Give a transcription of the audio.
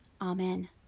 Amen